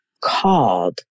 called